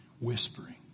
whispering